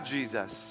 Jesus